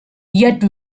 yet